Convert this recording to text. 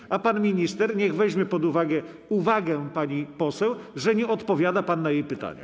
Natomiast pan minister niech weźmie pod uwagę uwagi pani poseł, że nie odpowiada pan na jej pytania.